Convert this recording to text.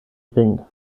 ring